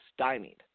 stymied